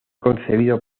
concebido